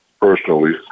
personally